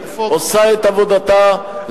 עושה את עבודתה,